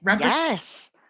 Yes